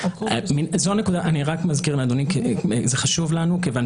אני רק מזכיר לאדוני כי זה חשוב לנו כיוון